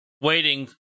waiting